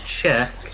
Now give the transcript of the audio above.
check